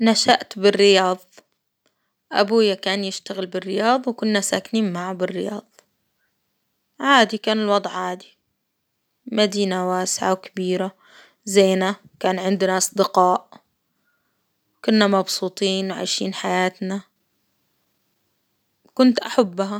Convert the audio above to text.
نشأت بالرياض، أبويا كان يشتغل بالرياض، وكنا ساكنين معه بالرياض، عادي كان الوضع عادي، مدينة واسعة وكبيرة زينة، كان عندنا أصدقاء، كنا مبسوطين وعايشين حياتنا، وكنت أحبها.